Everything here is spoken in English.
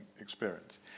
experience